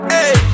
Hey